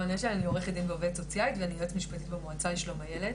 אני עורכת דין ועובדת סוציאלית ואני יועצת משפטית במועצה לשלום הילד.